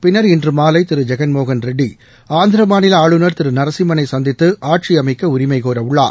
பின்னர் இன்று மாலை திரு ஜெகன்மோகன்ரெட்டி ஆந்திர மாநில ஆளுநர் திரு நரசிம்மனை சந்தித்து ஆட்சி அமைக்க உரிமை கோரவுள்ளார்